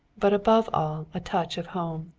but above all a touch of home.